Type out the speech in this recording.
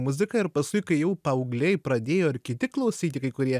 muziką ir paskui kai jau paaugliai pradėjo ir kiti klausyti kai kurie